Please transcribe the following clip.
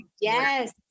Yes